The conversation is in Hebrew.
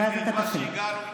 תראו את הבושה וחרפה שהגענו איתכם.